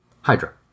Hydra